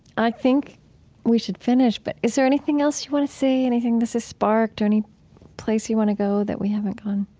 i think we should finish, but is there anything else you want to say? anything this has sparked, or any place you want to go that we haven't gone?